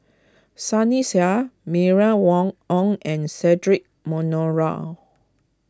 Sunny Sia Mylene Wang Ong and Cedric Monoro